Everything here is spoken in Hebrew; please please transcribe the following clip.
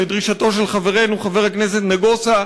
לדרישתו של חברנו חבר הכנסת נגוסה,